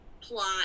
plot